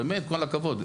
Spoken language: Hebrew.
באמת כל הכבוד,